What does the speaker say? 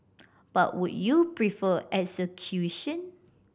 but would you prefer execution